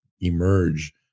emerge